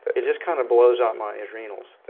it just kind of blows out my adrenals.